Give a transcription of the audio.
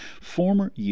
former